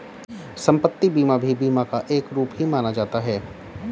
सम्पत्ति बीमा भी बीमा का एक रूप ही माना जाता है